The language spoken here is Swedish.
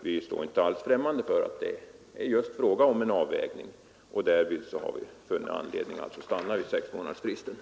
Vi står alltså inte främmande för att det är fråga om en avvägning, och vi har därvid funnit skäl att stanna för sex månaders tidsfrist.